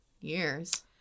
years